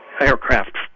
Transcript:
aircraft